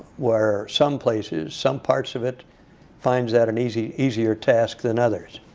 where some places, some parts of it find that an easy easier task than others.